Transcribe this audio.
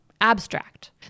abstract